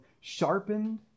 sharpened